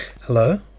Hello